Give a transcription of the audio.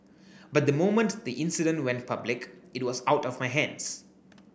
but the moment the incident went public it was out of my hands